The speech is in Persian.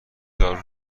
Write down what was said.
دارو